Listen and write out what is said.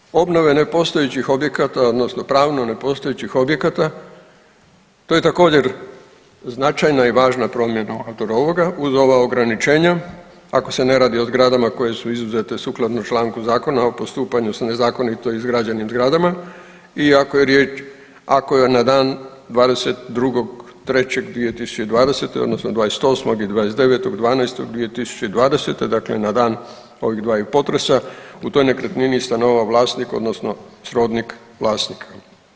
Što se tiče obnove nepostojećih objekata odnosno pravno nepostojećih objekata to je također značajna i važna promjena unutar ovoga uz ova ograničenja ako se ne radi o zgradama koje su izuzete sukladno članku Zakona o postupanju s nezakonito izgrađenim zgradama i ako je riječ, ako je na dan 22.3.2020. odnosno 28. i 29.12.2020., dakle na dan ovih dvaju potresa u toj nekretnini stanovao vlasnik odnosno srodnik vlasnika.